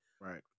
Right